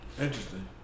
Interesting